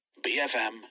BFM